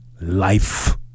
life